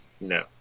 No